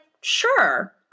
Sure